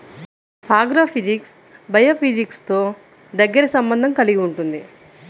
agrophysics బయోఫిజిక్స్తో దగ్గరి సంబంధం కలిగి ఉంటుంది